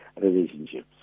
relationships